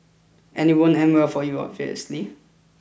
and it won't end well for you obviously